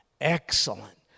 Excellent